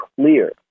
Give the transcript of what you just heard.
clear